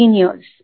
years